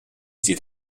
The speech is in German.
sieht